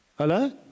Hello